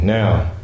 now